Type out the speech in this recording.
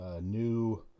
New